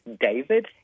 David